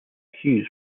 cues